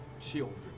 children